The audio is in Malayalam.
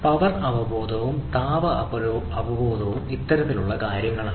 പവർ അവബോധവും താപ അവബോധവും ഇത്തരത്തിലുള്ള കാര്യങ്ങൾ ആണ്